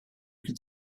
could